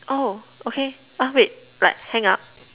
oh okay uh wait like hang up